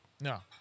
No